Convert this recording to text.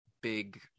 big